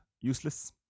useless